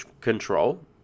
control